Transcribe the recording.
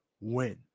win